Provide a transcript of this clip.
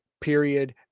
period